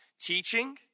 Teaching